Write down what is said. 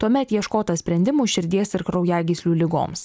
tuomet ieškota sprendimų širdies ir kraujagyslių ligoms